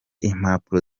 impapuro